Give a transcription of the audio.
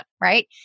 right